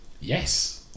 Yes